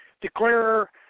declare